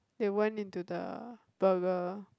they went into the burger